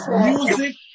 music